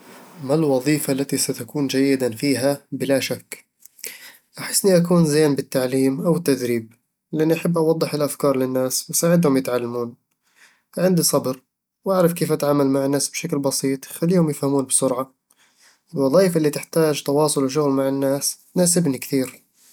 ما الوظيفة التي ستكون جيدًا فيها بلا شك؟ أحسني أكون زين بـ التعليم أو التدريب، لأني أحب أوضح الأفكار للناس وأساعدهم يتعلمون عندي صبر وأعرف كيف أتعامل مع الناس بشكل بسيط ويخليهم يفهمون بسرعة الوظايف اللي تحتاج تواصل وشغل مع الناس تناسبني كثير